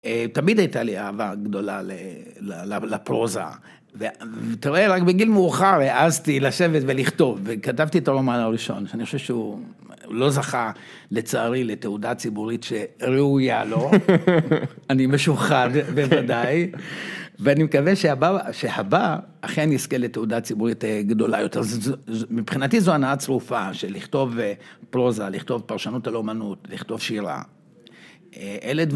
תמיד הייתה לי אהבה גדולה לפרוזה, ותראה, רק בגיל מאוחר העזתי לשבת ולכתוב, וכתבתי את הרומן הראשון, שאני חושב שהוא לא זכה, לצערי, לתהודה ציבורית שראויה לו, אני משוחד בוודאי, ואני מקווה שהבא אכן יזכה לתהודה ציבורית גדולה יותר. מבחינתי זו הנאה הצרופה של לכתוב פרוזה, לכתוב פרשנות על אומנות, לכתוב שירה.